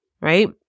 right